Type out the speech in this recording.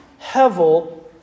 hevel